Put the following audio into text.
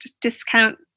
discount